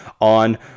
on